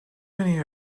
many